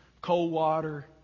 Coldwater